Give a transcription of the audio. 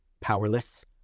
Powerless